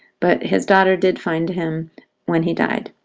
but his daughter did find him when he died.